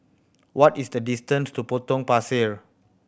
what is the distance to Potong Pasir